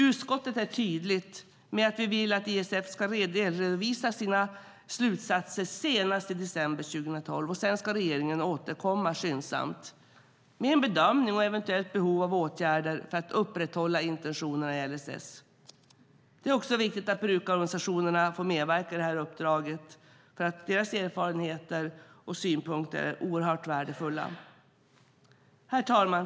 Utskottet är tydligt med att vi vill att ISF ska delredovisa sina slutsatser senast i december 2012. Sedan ska regeringen skyndsamt återkomma med en bedömning av eventuellt behov av åtgärder för att upprätthålla intentionerna i LSS. Det är viktigt att brukarorganisationerna får medverka i detta uppdrag, för deras erfarenheter och synpunkter är oerhört värdefulla. Herr talman!